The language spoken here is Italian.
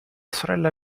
sorella